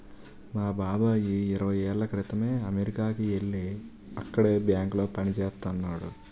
మా బాబాయి ఇరవై ఏళ్ళ క్రితమే అమెరికాకి యెల్లి అక్కడే బ్యాంకులో పనిజేత్తన్నాడు